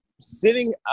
sitting